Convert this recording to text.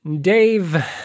dave